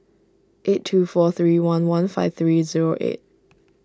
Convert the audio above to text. eight two four three one one five three zero eight